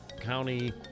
County